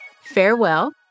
Farewell